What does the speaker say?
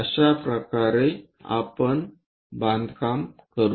अशा प्रकारे आपण बांधकाम करू